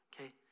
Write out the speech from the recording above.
okay